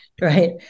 right